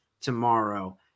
tomorrow